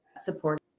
support